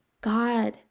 God